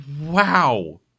Wow